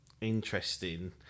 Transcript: Interesting